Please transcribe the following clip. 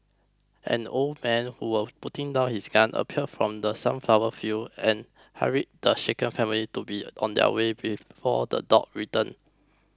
an old man who was putting down his gun appeared from the sunflower fields and hurried the shaken family to be on their way before the dogs return